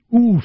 Oof